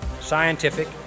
scientific